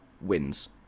wins